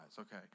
okay